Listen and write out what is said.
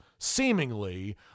seemingly